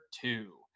two